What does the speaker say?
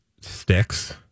sticks